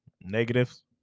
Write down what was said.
Negatives